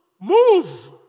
Move